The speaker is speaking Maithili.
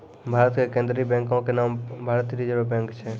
भारत के केन्द्रीय बैंको के नाम भारतीय रिजर्व बैंक छै